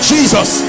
Jesus